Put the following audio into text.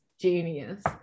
genius